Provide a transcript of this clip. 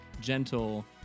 gentle